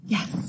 Yes